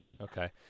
Okay